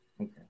Okay